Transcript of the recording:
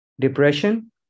Depression